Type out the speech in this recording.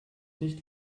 nicht